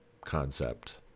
concept